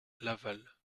laval